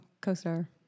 co-star